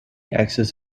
access